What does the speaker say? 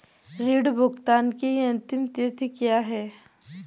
ऋण भुगतान की अंतिम तिथि क्या है?